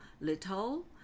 little